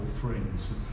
friends